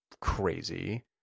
crazy